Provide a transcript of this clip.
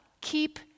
keep